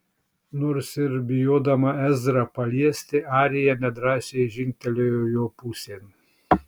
nors ir bijodama ezrą paliesti arija nedrąsiai žingtelėjo jo pusėn